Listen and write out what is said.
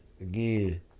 again